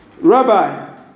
Rabbi